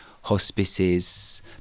hospices